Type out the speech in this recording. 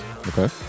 Okay